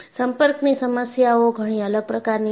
સંપર્કની સમસ્યાઓ ઘણી અલગ પ્રકારની છે